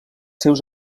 seus